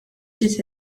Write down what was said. ġiet